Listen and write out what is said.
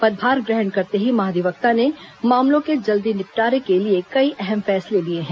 पदभार ग्रहण करते ही महाधिवक्ता ने मामलों के जल्दी निपटारे के लिए कई अहम फैसले लिए हैं